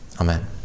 Amen